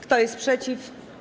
Kto jest przeciw?